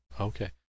Okay